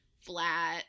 flat